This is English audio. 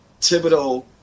Thibodeau